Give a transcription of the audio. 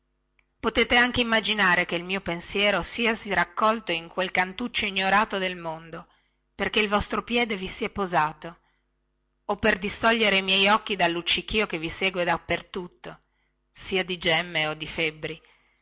potete anche immaginare che il mio pensiero siasi raccolto in quel cantuccio ignorato del mondo perchè il vostro piede vi si è posato o per distogliere i miei occhi dal luccichio che vi segue dappertutto sia di gemme o di febbri